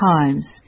times